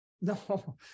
No